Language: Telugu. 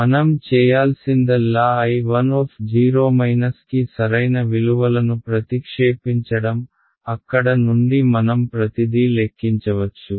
మనం చేయాల్సిందల్లా I1 కి సరైన విలువలను ప్రతిక్షేపించడం అక్కడ నుండి మనం ప్రతిదీ లెక్కించవచ్చు